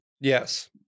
Yes